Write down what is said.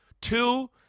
Two